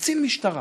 לקצין משטרה